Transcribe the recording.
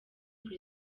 pre